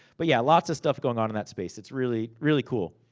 but yeah, lots of stuff going on in that space. it's really, really cool.